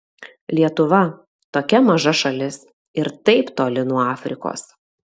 lietuva tokia maža šalis ir taip toli nuo afrikos